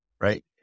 right